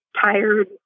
tired